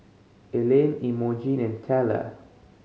Ilene Emogene and Tella